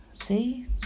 See